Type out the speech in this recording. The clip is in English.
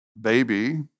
baby